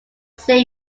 same